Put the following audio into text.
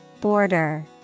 Border